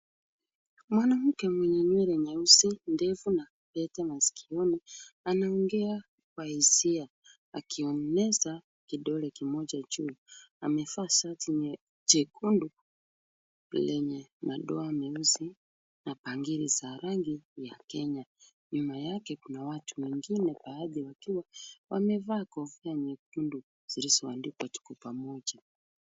Mwanamke mwenye nywele nyeusi ndefu na pete masikioni anaongea kwa hisia akionyesha kidole kimoja juu amevaa suti jekundu lenye madoa meusi na bangili za rangi ya Kenya. Nyuma yake kuna watu wengine baadhi wakiwa wamevaa kofia nyekundu zilizoandikwa tuko pamoja.